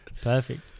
Perfect